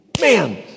man